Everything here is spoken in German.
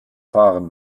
fahren